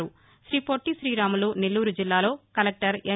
న శ్రీ పొట్లి శ్రీరాములు నెల్లూరు జిల్లాలో కలెక్లర్ ఎం